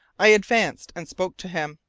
i advanced and spoke to him,